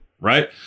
right